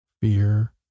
fear